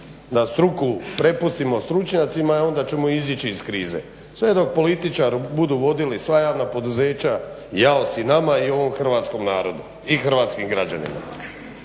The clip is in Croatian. da struku prepustimo stručnjacima onda ćemo izići iz krize. Sve dok političari budu vodili sva javna poduzeća jao si nama i ovom hrvatskom narodu i hrvatskim građanima.